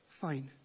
fine